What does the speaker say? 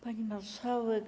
Pani Marszałek!